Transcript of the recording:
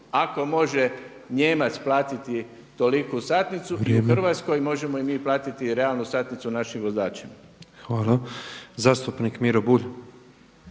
Ako može Nijemac platiti toliku satnicu i u Hrvatskoj možemo i mi platiti realnu satnicu našim vozačima. **Petrov,